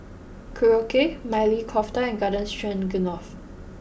Korokke Maili Kofta and Garden Stroganoff